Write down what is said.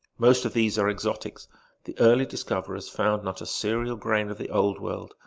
most of these are exotics the early discoverers found not a cereal grain of the old world,